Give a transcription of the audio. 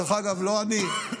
דרך אגב, לא אני, הממשלה,